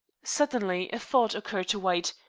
suddenly a thought occurred to white,